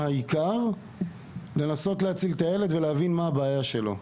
העיקר היה לנסות להציל את הילד ולהבין מה הבעיה שלו.